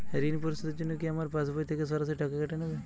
ঋণ পরিশোধের জন্য কি আমার পাশবই থেকে সরাসরি টাকা কেটে নেবে?